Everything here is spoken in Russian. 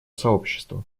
сообщества